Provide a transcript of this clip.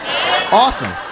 Awesome